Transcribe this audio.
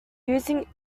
using